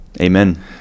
Amen